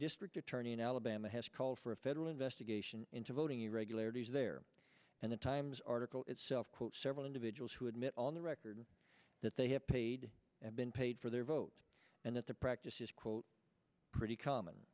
district attorney in alabama has called for a federal investor into voting irregularities there and the times article itself quotes several individuals who admit on the record that they have paid and been paid for their vote and that the practice is quote pretty common